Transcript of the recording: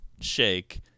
shake